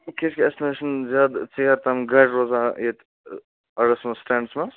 کیٛازِکہِ اَسہِ تہِ نہ حظ چھُنہٕ زیادٕ ژیر تام گاڑِ روزان ییٚتہِ اَڈَس منٛز سٹینٛڈَس منٛز